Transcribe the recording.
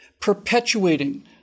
Perpetuating